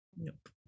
Nope